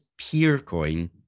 Peercoin